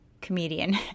comedian